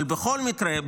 אבל בכל מקרה,